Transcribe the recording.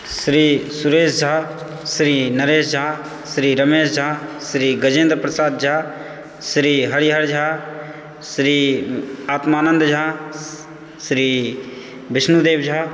Shri Suresh Jha Shri Naresh Jha Shri Ramesh Jha Shri Gajendra Prasad Jha Shri Harihar Jha Shri Atmanand Jha Shri Bishnudev Jha